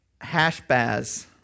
Hashbaz